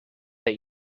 that